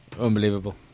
Unbelievable